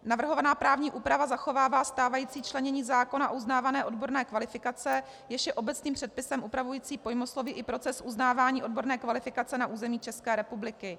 Navrhovaná právní úprava zachovává stávající členění zákona o uznávání odborné kvalifikace, jež je obecným předpisem upravujícím pojmosloví i proces uznávání odborné kvalifikace na území České republiky.